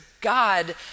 God